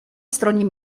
stronie